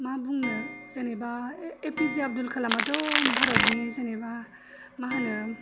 मा बुंनो जेनेबा एपिजे आब्दुल कालामाथ' भारतनि जेनेबा मा होनो